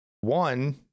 One